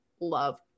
love